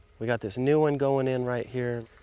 we've got this new one going in right here.